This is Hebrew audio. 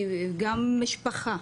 גם משפחה.